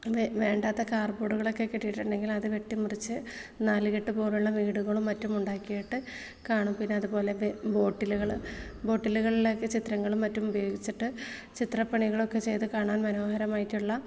വേണ്ടാത്ത കാർബോഡുകളൊക്കെ കിട്ടിയിട്ടുണ്ടെങ്കിൽ അത് വെട്ടി മുറിച്ച് നാലുകെട്ട് പോലുള്ള വീടുകളും മറ്റും ഉണ്ടാക്കിയിട്ട് കാണും പിന്നെ അതുപോലെ ബോട്ടിലുകൾ ബോട്ടിലുകളിലൊക്കെ ചിത്രങ്ങളും മറ്റും ഉപയോഗിച്ചിട്ട് ചിത്ര പണികളൊക്കെ ചെയ്ത് കാണാൻ മനോഹരമായിട്ടുള്ള